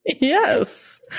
Yes